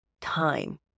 time